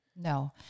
No